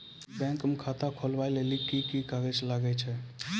Bank म खाता खोलवाय लेली की की कागज लागै छै?